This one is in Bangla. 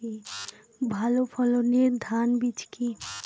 ভালো ফলনের ধান বীজ কি?